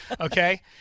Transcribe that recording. Okay